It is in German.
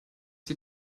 die